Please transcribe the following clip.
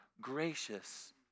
gracious